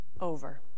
over